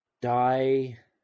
Die